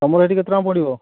ତମର ହେଠି କେତେ ଟଙ୍କା ପଡ଼ିବ